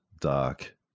dark